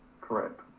Correct